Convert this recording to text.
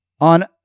on